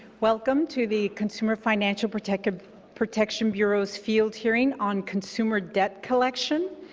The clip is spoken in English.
welcome to the consumer financial protection protection bureau's field hearing on consumer debt collection.